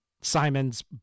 Simon's